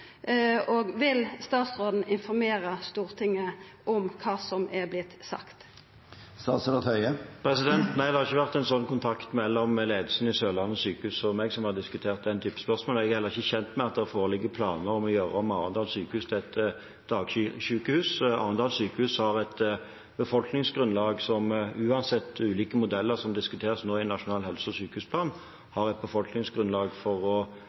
og vil statsråden informera Stortinget om kva som har vorte sagt? Nei, det har ikke vært en slik kontakt mellom ledelsen i Sørlandet sykehus og meg om den typen spørsmål. Jeg er heller ikke kjent med at det foreligger planer om å gjøre om Arendal sykehus til et dagsykehus. Arendal sykehus har, uansett ulike modeller som diskuteres nå i nasjonal helse- og sykehusplan, et befolkningsgrunnlag for å